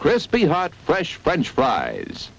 crispy hot fresh french fries